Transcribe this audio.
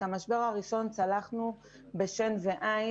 את המשבר הראשון צלחנו בשן ועין,